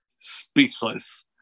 speechless